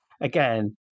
again